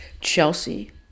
Chelsea